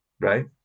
right